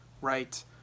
right